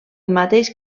mateix